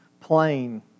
plain